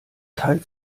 teilt